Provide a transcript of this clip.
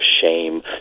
shame